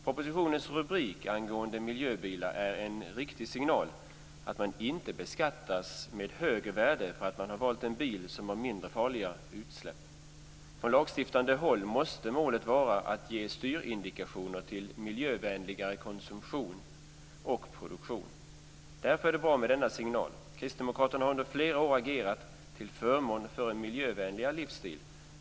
Propositionens rubrik angående miljöbilarna är en riktig signal om att man inte ska beskattas med högre värde för att man valt en bil som har mindre farliga utsläpp. Från lagstiftande håll måste målet vara att ge styrindikationer till miljövänligare konsumtion och produktion. Därför är det bra med denna signal. Kristdemokraterna har under flera år agerat till förmån för en miljövänligare livsstil.